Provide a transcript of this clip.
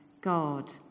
God